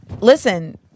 listen